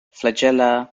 flagella